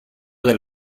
del